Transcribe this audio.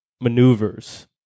maneuvers